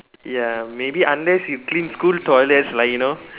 ya maybe unless you clean school toilets lah you know